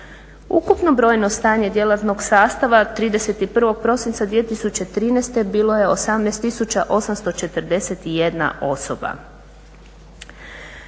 Ukupno brojno stanje djelatnog sastava 31.prosinca 2013.bilo je 18.841 osoba.